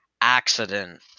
accident